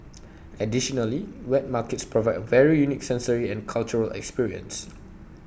additionally wet markets provide A very unique sensory and cultural experience